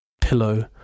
pillow